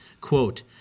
Quote